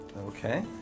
Okay